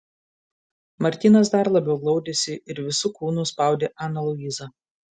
martynas dar labiau glaudėsi ir visu kūnu spaudė aną luizą